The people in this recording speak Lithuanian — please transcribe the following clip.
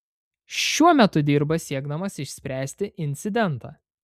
šiuo metu dirba siekdamas išspręsti incidentą